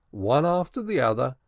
one after the other,